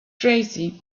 crazy